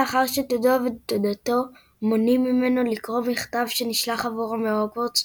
לאחר שדודו ודודתו מונעים ממנו לקרוא מכתב שנשלח עבורו מהוגוורטס,